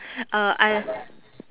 uh I